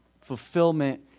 fulfillment